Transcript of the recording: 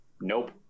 Nope